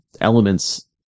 elements